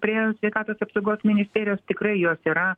prie sveikatos apsaugos ministerijos tikrai juos yra